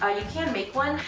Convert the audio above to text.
ah you can make one,